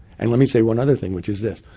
and let me say one other thing, which is this.